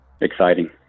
Exciting